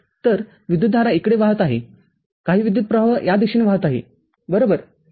तर विद्युतधारा इकडे वाहत आहे काही विद्युतप्रवाह या दिशेने वाहत आहे बरोबर